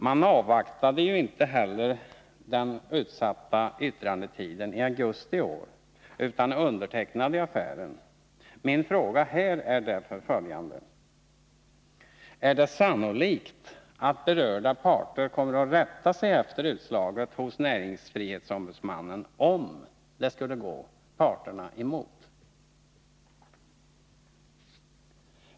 Man avvaktade ju inte heller den utsatta yttrandetiden i augusti i år utan undertecknade affären. Min fråga är därför: Är det sannolikt att berörda parter kommer att rätta sig efter utslaget hos näringsfrihetsombudsmannen, om det skulle gå parterna emot?